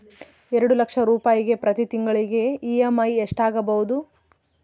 ಎರಡು ಲಕ್ಷ ರೂಪಾಯಿಗೆ ಪ್ರತಿ ತಿಂಗಳಿಗೆ ಇ.ಎಮ್.ಐ ಎಷ್ಟಾಗಬಹುದು?